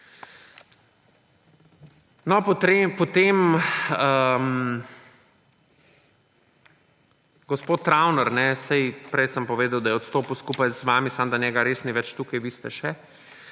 potem gospod Travner, saj prej sem povedal, da je odstopil skupaj z vami, samo da njega res ni več tukaj, vi ste še,